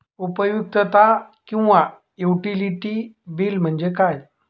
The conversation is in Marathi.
उपयुक्तता किंवा युटिलिटी बिल म्हणजे काय?